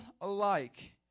alike